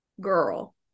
Girl